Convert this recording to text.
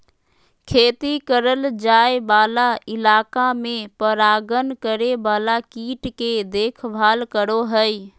खेती करल जाय वाला इलाका में परागण करे वाला कीट के देखभाल करो हइ